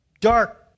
dark